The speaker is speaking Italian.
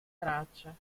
traccia